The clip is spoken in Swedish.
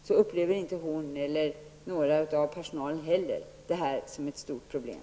Varken Christina Rogestam eller någon bland personalen tycks uppleva detta såsom ett stort problem.